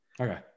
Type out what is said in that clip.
Okay